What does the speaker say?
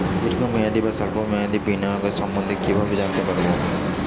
দীর্ঘ মেয়াদি বা স্বল্প মেয়াদি বিনিয়োগ সম্বন্ধে কীভাবে জানতে পারবো?